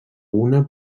una